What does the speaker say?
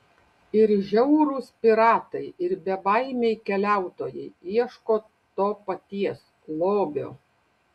ir žiaurūs piratai ir bebaimiai keliautojai ieško to paties lobio